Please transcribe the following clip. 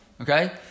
Okay